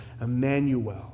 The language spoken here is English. Emmanuel